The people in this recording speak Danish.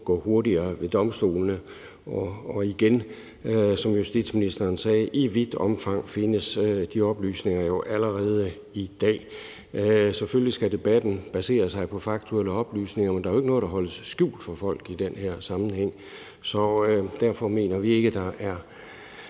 gå hurtigere ved domstolene. Og jeg vil igen sige, som justitsministeren sagde, at i vidt omfang findes de oplysninger jo allerede i dag. Selvfølgelig skal debatten basere sig på faktuelle oplysninger, men der er jo ikke noget, der holdes skjult for folk i den her sammenhæng, så derfor mener vi ikke, at der er